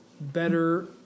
better